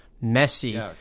Messy